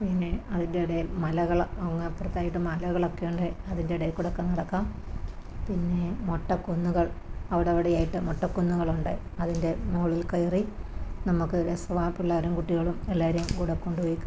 പിന്നെ അതിന്റെ ഇടയില് മലകള് അങ്ങേപ്പുറത്തായിട്ട് മലകളൊക്കെയുണ്ട് അതിൻ്റെ ഇടയില്ക്കൂടെ നടക്കാം പിന്നെ മൊട്ടക്കുന്നുകൾ അവിടവിടെയായിട്ട് മൊട്ടക്കുന്നുകളുണ്ട് അതിൻ്റെ മുകളിൽ കയറി നമുക്ക് രസമാണ് ആ പിള്ളേരും കുട്ടികളും എല്ലാവരെയും കൂടെ കൊണ്ടുപോയി